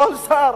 כל שר,